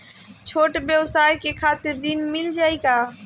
छोट ब्योसाय के खातिर ऋण मिल जाए का?